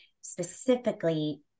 specifically